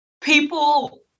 People